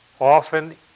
often